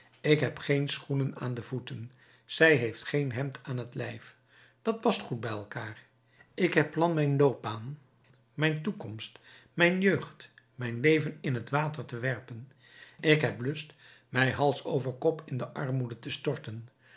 ik heb geen schoenen aan de voeten zij heeft geen hemd aan t lijf dat past goed bij elkaâr ik heb plan mijn loopbaan mijn toekomst mijn jeugd mijn leven in t water te werpen ik heb lust mij hals over kop in de armoede te storten